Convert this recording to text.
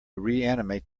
reanimate